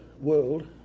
world